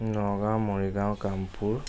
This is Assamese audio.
নগাঁও মৰিগাঁও কামপুৰ